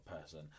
person